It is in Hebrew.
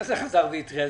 מה זה חזר והתריע?